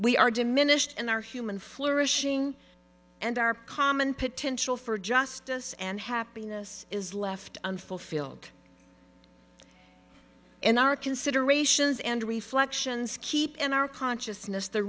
we are diminished and our human flourishing and our common potential for justice and happiness is left unfulfilled in our considerations and reflections keep in our consciousness the